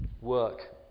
work